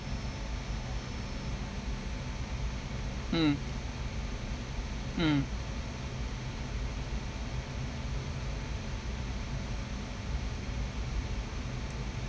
mm mm